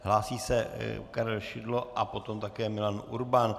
Hlásí se Karel Šidlo a potom také Milan Urban.